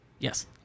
Yes